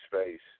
Space